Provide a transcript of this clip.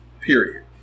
period